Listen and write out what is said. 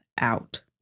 out